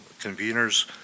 conveners